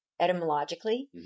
etymologically